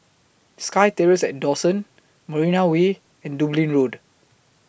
SkyTerrace At Dawson Marina Way and Dublin Road